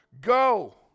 Go